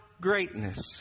greatness